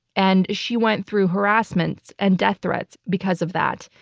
and she went through harassment and death threats because of that.